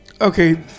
okay